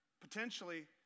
potentially